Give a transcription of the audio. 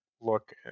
look